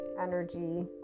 energy